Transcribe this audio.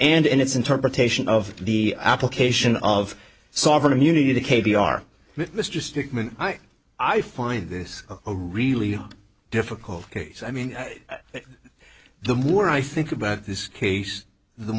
and in its interpretation of the application of sovereign immunity to k b r mr stickman i find this a really difficult case i mean the more i think about this case the